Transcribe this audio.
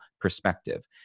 perspective